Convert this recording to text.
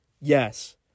Yes